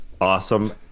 awesome